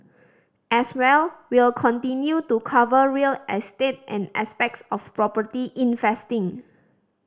as well we'll continue to cover real estate and aspects of property investing